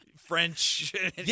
French